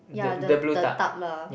yeah the the tub lah